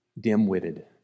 dim-witted